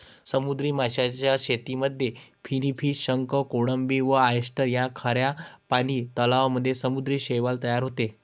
समुद्री माशांच्या शेतीमध्ये फिनफिश, शंख, कोळंबी व ऑयस्टर, खाऱ्या पानी तलावांमध्ये समुद्री शैवाल तयार होते